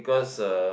cause uh